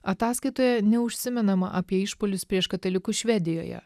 ataskaitoje neužsimenama apie išpuolius prieš katalikus švedijoje